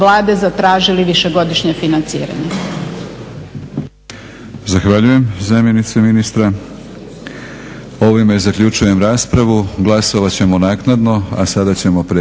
Zahvaljujem zamjenice ministra. Ovime zaključujem raspravu. Glasovat ćemo naknadno, a sada ćemo prijeći